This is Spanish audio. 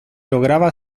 lograba